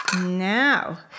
Now